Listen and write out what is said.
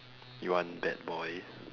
you want bad boy